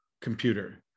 computer